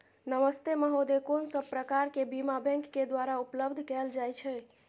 नमस्ते महोदय, कोन सब प्रकार के बीमा बैंक के द्वारा उपलब्ध कैल जाए छै?